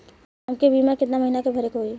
हमके बीमा केतना के महीना भरे के होई?